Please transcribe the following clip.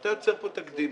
ואתה יוצר פה תקדימים,